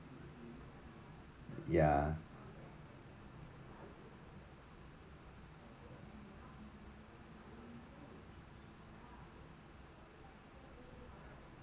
ya